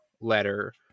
letter